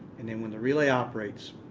and then when the relay operates,